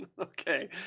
okay